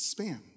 spam